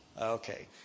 Okay